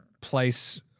place –